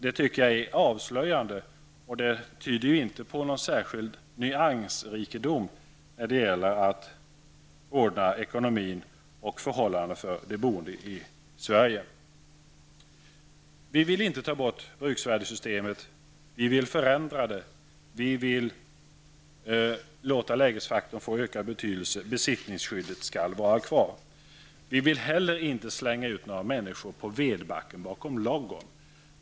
Det är avslöjande och tyder inte på någon särskild nyansrikedom när det gäller att ordna ekonomin och förhållandena för de boende i Vi moderater vill inte ta bort bruksvärdessystemet. Vi vill förändra det och låta lägesfaktorn få ökad betydelse, och besittningsskyddet skall vara kvar. Vi vill heller inte slänga ut några människor på vedbacken bakom ladugården.